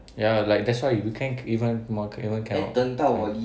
ya like that's why weekend even mo~ cannot even cannot cannot